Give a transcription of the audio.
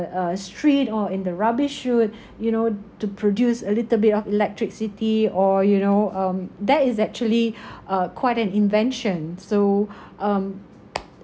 uh street or in the rubbish chute you know to produce a little bit of electricity or you know um that is actually uh quite an invention so um